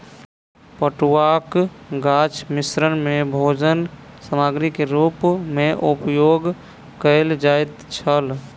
पटुआक गाछ मिस्र में भोजन सामग्री के रूप में उपयोग कयल जाइत छल